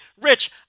rich